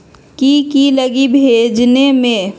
की की लगी भेजने में?